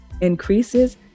increases